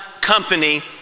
company